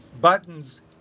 buttons